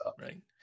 right